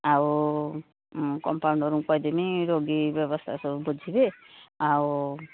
ଆଉ କମ୍ପାଉଣ୍ଡରକୁ କହିଦେବି ରୋଗୀ ବ୍ୟବସ୍ଥା ସବୁ ବୁଝିବେ ଆଉ